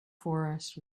forest